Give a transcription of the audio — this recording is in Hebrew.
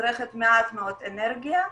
צורכת מעט מאוד אנרגיה,